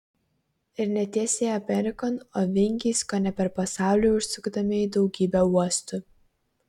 ir ne tiesiai amerikon o vingiais kone per pasaulį užsukdami į daugybę uostų